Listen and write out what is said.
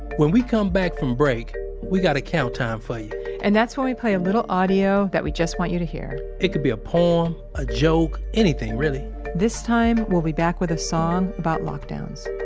when we come back from break we've got a count time for you and that's when we play a little audio that we just want you to hear it could be a poem, a joke, anything, really this time we'll be back with a song about lockdowns